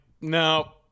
no